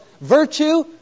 virtue